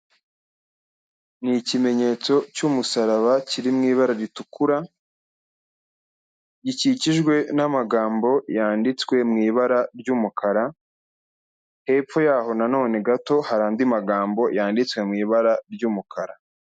Ni ikimenyetso cy'umusaraba kiri mu ibara ritukura, gikikijwe n'amagambo yanditswe mu ibara ry'umukara, hepfo yaho na none gato hari andi magambo yanditswe mu ibara ry'umukara.